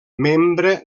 membre